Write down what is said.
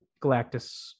Galactus